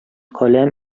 каләм